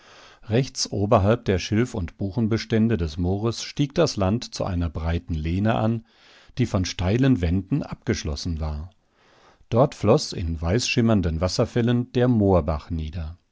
rechts oberhalb der schilf und buchenbestände des moores stieg das land zu einer breiten lehne an die von steilen wänden abgeschlossen war dort floß in weißschimmernden wasserfällen der moorbach nieder